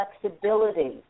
flexibility